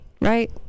Right